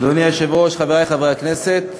אדוני היושב-ראש, חברי חברי הכנסת,